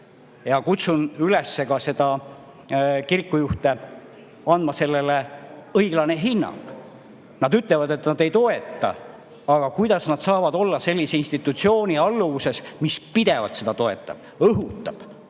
Kutsun ka kirikujuhte üles andma sellele õiglane hinnang. Nad ütlevad, et nad ei toeta. Aga kuidas nad saavad olla sellise institutsiooni alluvuses, mis pidevalt seda toetab ja õhutab,